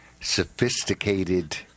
sophisticated